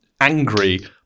angry